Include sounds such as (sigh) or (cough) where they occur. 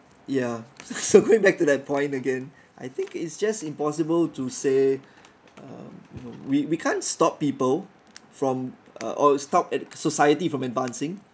ya so (laughs) going back to that point again I think it's just impossible to say uh you know we we can't stop people from uh or stop at society from advancing